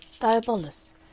Diabolus